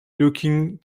looking